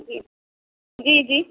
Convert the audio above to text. جی جی جی